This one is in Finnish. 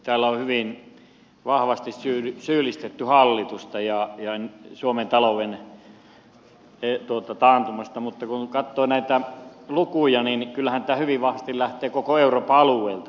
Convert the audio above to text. täällä on hyvin vahvasti syyllistetty hallitusta suomen talouden taantumasta mutta kun katsoo näitä lukuja niin kyllähän tämä hyvin vahvasti lähtee koko euroopan alueelta